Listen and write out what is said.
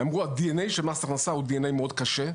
הם אמרו: הדי-אן-איי של מס הכנסה הוא די-אן-איי מאוד קשה,